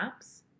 apps